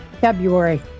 February